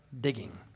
digging